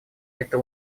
это